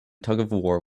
tugofwar